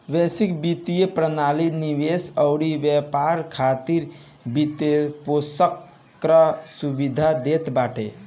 वैश्विक वित्तीय प्रणाली निवेश अउरी व्यापार खातिर वित्तपोषण कअ सुविधा देत बाटे